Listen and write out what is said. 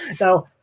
now